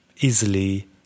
easily